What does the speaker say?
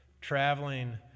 traveling